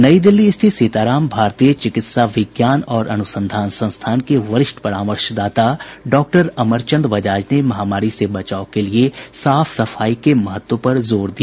नई दिल्ली स्थित सीताराम भरतीय चिकित्सा विज्ञान और अनुसंधान संस्थान के वरिष्ठ परामर्शदाता डॉ अमरचंद बजाज ने महामारी से बचाव के लिए साफ सफाई के महत्व पर जोर दिया